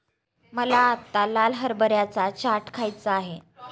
मला आत्ता लाल हरभऱ्याचा चाट खायचा आहे